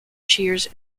cheers